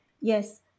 Yes